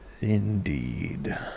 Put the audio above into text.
Indeed